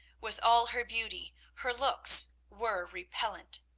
with all her beauty, her looks were repellent.